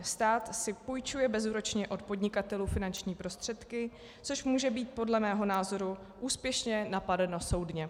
Stát si půjčuje bezúročně od podnikatelů finanční prostředky, což může být podle mého názoru úspěšně napadeno soudně.